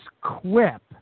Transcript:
quip